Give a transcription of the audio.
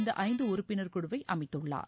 இந்த ஐந்து உறுப்பினர் குழுவை அமைத்தள்ளார்